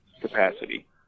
capacity